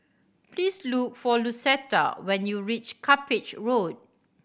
please look for Lucetta when you reach Cuppage Road